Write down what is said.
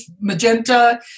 magenta